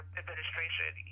administration